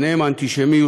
ובהן האנטישמיות,